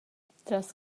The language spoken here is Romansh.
tras